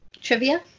Trivia